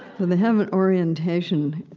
they have an orientation,